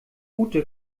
ute